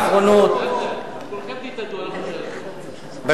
כולכם תתאדו, אנחנו נישאר פה.